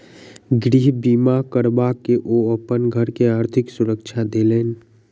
गृह बीमा करबा के ओ अपन घर के आर्थिक सुरक्षा देलैन